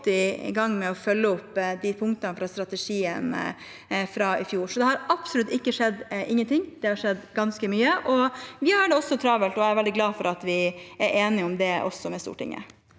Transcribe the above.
i gang med å følge opp punktene fra strategien fra i fjor. Så det har absolutt ikke skjedd ingenting, det har skjedd ganske mye, og vi har det travelt. Jeg er veldig glad for at vi også er enige om det med Stortinget.